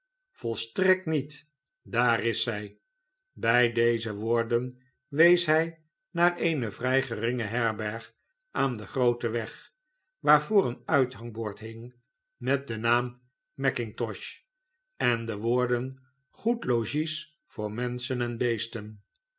volstrekt niet daar is zij bij deze woorden wees hij naar eene vrij geringe herberg aan den grooten weg waarvoor een uithangbord hing met den naam mackintosh en de woorden goed logies voor menschen en beesten